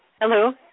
Hello